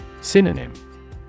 Synonym